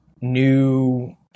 new